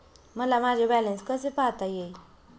मला माझे बॅलन्स कसे पाहता येईल?